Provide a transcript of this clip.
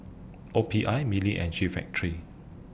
O P I Mili and G Factory